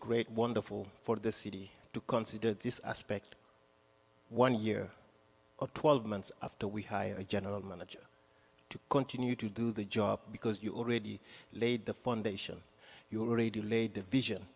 great wonderful for this city to consider this a spect one year of twelve months after we hire a general manager to continue to do the job because you already laid the foundation you already delayed the vision